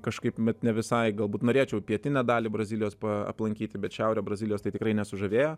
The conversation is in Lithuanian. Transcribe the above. kažkaip vat ne visai galbūt norėčiau pietinę dalį brazilijos pa aplankyti bet šiaurė brazilijos tai tikrai nesužavėjo